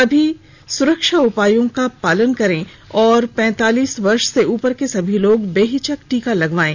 सभी सुरक्षा उपायों का पालन करें और पैंतालीस वर्ष से उपर के सभी लोग बेहिचक टीका लगवायें